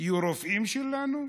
יהיו רופאים שלנו,